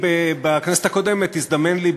בכנסת הקודמת הזדמן לי,